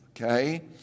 okay